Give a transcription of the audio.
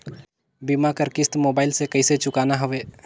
बीमा कर किस्त मोबाइल से कइसे चुकाना हवे